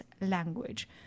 language